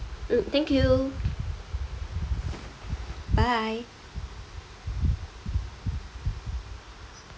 mm thank you bye